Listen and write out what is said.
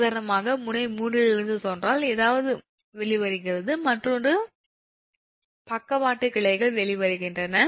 உதாரணமாக முனை 3 இலிருந்து சொன்னால் ஏதாவது வெளிவருகிறது மற்றொரு பக்கவாட்டு கிளைகள் வெளிவருகின்றன